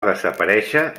desaparèixer